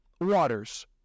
waters